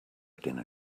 dinner